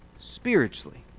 spiritually